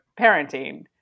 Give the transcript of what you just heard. parenting